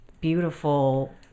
beautiful